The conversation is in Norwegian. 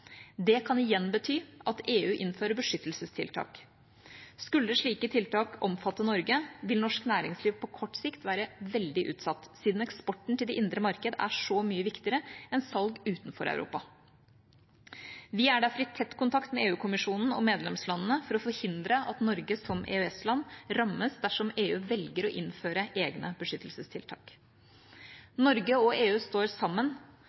Det kan igjen bety at EU innfører beskyttelsestiltak. Skulle slike tiltak omfatte Norge, ville norsk næringsliv på kort sikt være veldig utsatt, siden eksporten til det indre marked er så mye viktigere enn salg utenfor Europa. Vi er derfor i tett kontakt med EU-kommisjonen og medlemslandene for å forhindre at Norge som EØS-land rammes dersom EU velger å innføre egne beskyttelsestiltak. Norge og EU står sammen